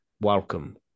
Welcome